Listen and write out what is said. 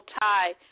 tie